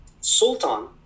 Sultan